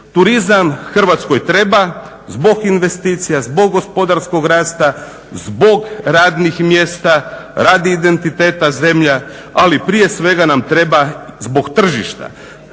Turizam Hrvatskoj treba zbog investicija, zbog gospodarskog rasta, zbog radnih mjesta, radi identiteta zemlje, ali prije svega nam treba zbog tržišta.